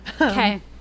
Okay